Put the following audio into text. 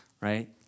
right